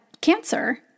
cancer